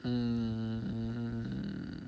mm